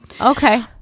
Okay